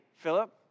philip